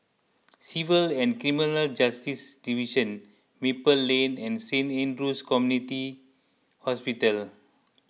Civil and Criminal Justice Division Maple Lane and Saint andrew's Community Hospital